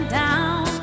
down